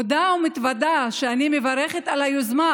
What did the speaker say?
אני מודה ומתוודה שאני מברכת על היוזמה,